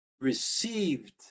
received